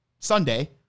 Sunday